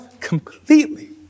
completely